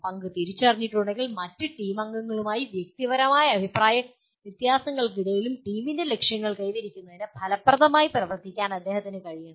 പങ്ക് തിരിച്ചറിഞ്ഞിട്ടുണ്ടെങ്കിൽ മറ്റ് ടീം അംഗങ്ങളുമായുള്ള വ്യക്തിപരമായ അഭിപ്രായ വ്യത്യാസങ്ങൾക്കിടയിലും ടീമിന്റെ ലക്ഷ്യങ്ങൾ കൈവരിക്കുന്നതിന് ഫലപ്രദമായി പ്രവർത്തിക്കാൻ അദ്ദേഹത്തിന് കഴിയണം